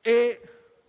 e